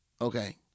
Okay